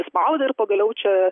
prispaudė ir pagaliau čia